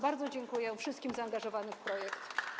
Bardzo dziękuję wszystkim zaangażowanym w projekt.